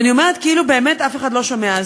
ואני אומרת, כאילו באמת אף אחד לא שומע.